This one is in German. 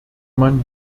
man